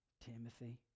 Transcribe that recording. Timothy